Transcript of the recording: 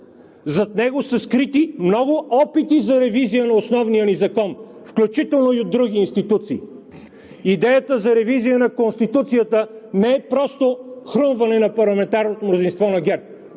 зад него са скрити много опити за ревизия на основния ни закон, включително и от други институции. Идеята за ревизия на Конституцията не е просто хрумване на парламентарното мнозинство на ГЕРБ,